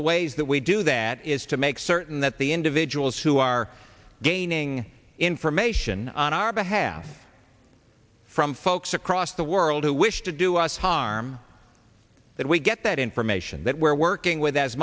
the ways that we do that is to make certain that the individuals who are gaining information on our behalf from folks across the world who wish to do us harm that we get that information that we're working with as